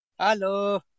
Hello